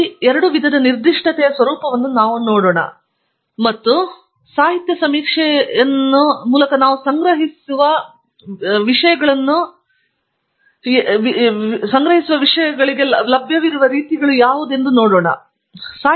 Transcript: ಈ ಎರಡು ವಿಧದ ನಿರ್ದಿಷ್ಟತೆಯ ಸ್ವರೂಪವನ್ನು ನಾವು ನೋಡೋಣ ಮತ್ತು ಪ್ರದರ್ಶನದ ಮೂಲಕ ಸಾಹಿತ್ಯ ಸಮೀಕ್ಷೆಯನ್ನು ನಾವು ಸಂಗ್ರಹಿಸಿರುವುದರಿಂದ ಯಾವ ರೀತಿಯ ಕ್ಷೇತ್ರಗಳು ಲಭ್ಯವಿವೆ ನಂತರ ನಾನು ಸ್ವಲ್ಪ ಸಮಯದವರೆಗೆ ಮಾಡುತ್ತೇನೆ